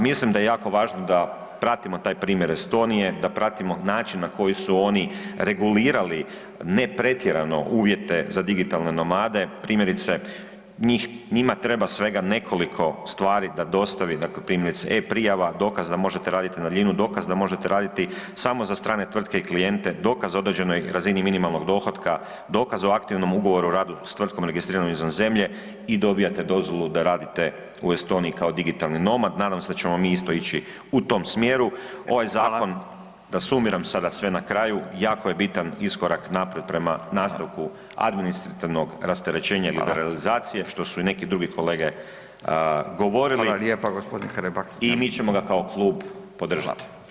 Mislim da je jako važno da pratimo taj primjer Estonije, da pratimo način na koji su oni regulirani ne pretjerano uvjete za digitalne nomade, primjerice njima treba svega nekoliko stvari da dostavi, dakle primjerice e-prijava, dokaz da možete raditi na daljinu, dokaz da možete raditi samo za strane tvrtke i klijente, dokaz za određenu razinu minimalnog dohotka, dokaz o aktivnom ugovoru i radu s tvrtkom registriranom izvan zemlje i dobivate dozvolu da radite u Estoniji kao digitalni nomad, nadam se da ćemo mi isto ići u tom smjeru [[Upadica Radin: Hvala.]] Ovaj zakon da sumiram sada sve na kraju, jako je bitan iskorak naprijed prema nastavku administrativnog rasterećenja i liberalizacije što su i neke drugi kolege govorili [[Upadica Radin: Hvala lijepa g. Hrebak.]] i mi ćemo ga kao klub podržat.